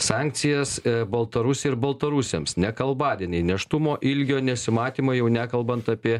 sankcijas baltarusijai ir baltarusiams nekalbadieniai nėštumo ilgio nesimatymą jau nekalbant apie